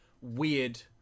weird